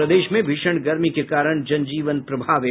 और प्रदेश में भीषण गर्मी के कारण जन जीवन प्रभावित